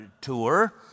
tour